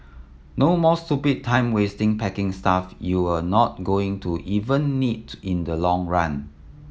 no more stupid time wasting packing stuff you're not going to even need in the long run